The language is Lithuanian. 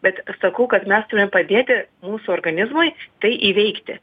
bet sakau kad mes turim padėti mūsų organizmui tai įveikti